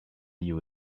you